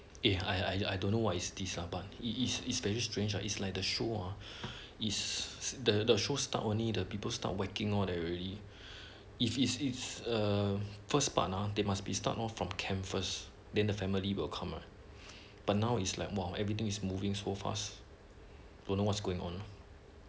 eh I I don't know what is this ah but is is very strange lah is like the show ah is the the show start only the people start whacking all that already if it's it's a first part ah they must be start off from camp first then the family will come but now is like more of everything is moving so fast don't know what is going on